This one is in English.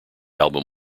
album